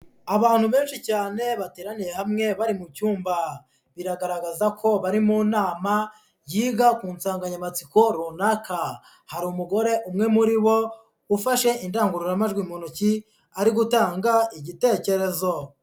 Abantu benshi cyane bateraniye hamwe bari mu cyumba, biragaragaza ko bari mu nama yiga ku nsanganyamatsiko runaka, hari umugore umwe muri bo ufashe indangururamajwi mu ntoki ari gutanga igitecyerezo.